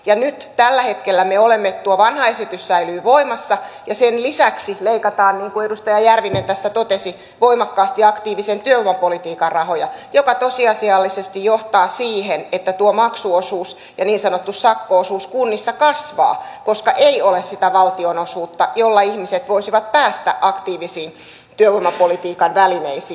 nyt tällä hetkellä tuo vanha esitys säilyy voimassa ja sen lisäksi leikataan niin kuin edustaja järvinen tässä totesi voimakkaasti aktiivisen työvoimapolitiikan rahoja mikä tosiasiallisesti johtaa siihen että tuo maksuosuus ja niin sanottu sakko osuus kunnissa kasvaa koska ei ole sitä valtionosuutta jolla ihmiset voisivat päästä aktiivisiin työvoimapolitiikan välineisiin